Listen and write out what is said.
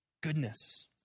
Goodness